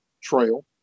trail